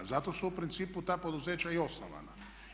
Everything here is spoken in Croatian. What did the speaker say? Zato su u principu ta poduzeća i osnovana.